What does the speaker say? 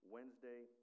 Wednesday